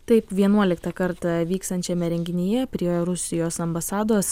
taip vienuoliktą kartą vyksiančiame renginyje prie rusijos ambasados